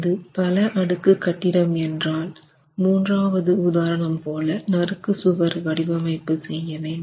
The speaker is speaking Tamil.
அது பல அடுக்கு கட்டிடம் என்றால் மூன்றாவது உதாரணம் போல நறுக்கு சுவர் வடிவமைப்பு செய்ய வேண்டும்